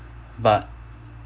but